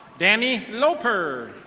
danny loper.